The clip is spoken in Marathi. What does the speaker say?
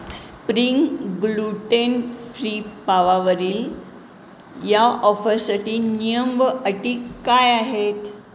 स्प्रिंग ग्लुटेन फ्री पावावरील या ऑफरसाठी नियम अटी काय आहेत